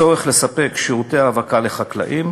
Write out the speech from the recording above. הצורך לספק שירותי האבקה לחקלאים.